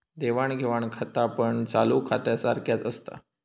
देवाण घेवाण खातापण चालू खात्यासारख्याच असता